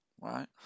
right